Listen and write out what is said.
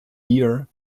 year